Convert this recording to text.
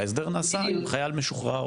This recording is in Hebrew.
ההסדר נעשה עם חייל משוחרר.